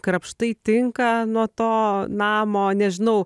krapštai tinką nuo to namo nežinau